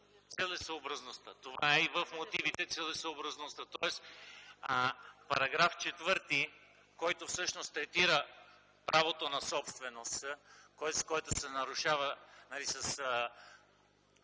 целесъобразността. Това е и в мотивите – целесъобразността. Тоест § 4, който всъщност третира правото на собственост, който се нарушава с